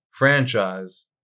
franchise